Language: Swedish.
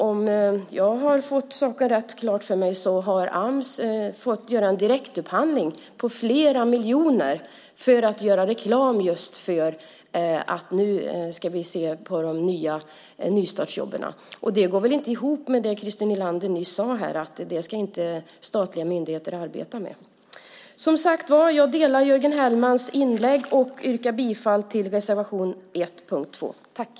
Om jag uppfattat saken rätt har Ams fått göra en direktupphandling på flera miljoner för att göra reklam just för nystartsjobben. Det går väl inte ihop med det som Christer Nylander här nyss sade om att statliga myndigheter inte ska arbeta med sådant. Jag instämmer, som sagt, i Jörgen Hellmans inlägg och yrkar bifall till reservation 1 under punkt 2.